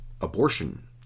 abortion